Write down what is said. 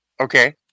Okay